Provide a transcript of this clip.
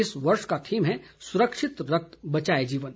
इस वर्ष का थीम है सुरक्षित रक्त बचाए जीवन